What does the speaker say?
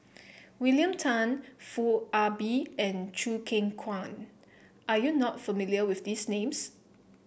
William Tan Foo Ah Bee and Choo Keng Kwang are you not familiar with these names